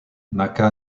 naka